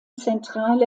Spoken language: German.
zentrale